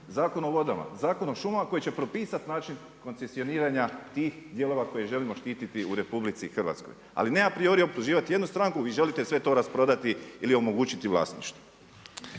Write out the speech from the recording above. Zakon o vodama, Zakon o šumama koji će propisati način koncesioniranja tih dijelova koje želimo štititi u RH. Ali ne a priori optuživati jednu stranku vi želite sve to rasprodati ili omogućiti vlasništvo.